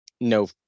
no